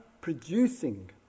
producing